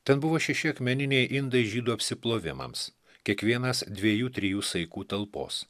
ten buvo šeši akmeniniai indai žydų apsiplovimams kiekvienas dviejų trijų saikų talpos